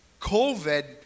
COVID